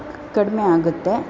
ಕಡಿಮೆ ಆಗುತ್ತೆ